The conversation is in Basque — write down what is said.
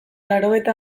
laurogeita